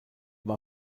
war